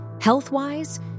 Health-wise